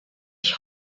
ich